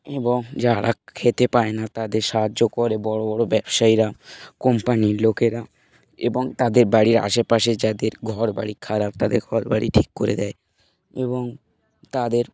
এবং যারা খেতে পায় না তাদের সাহায্য করে বড়ো বড়ো ব্যবসায়ীরা কোম্পানির লোকেরা এবং তাদের বাড়ির আশেপাশে যাদের ঘর বাড়ি খারাপ তাদের ঘর বাড়ি ঠিক করে দেয় এবং তাদের